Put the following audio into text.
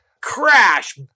crash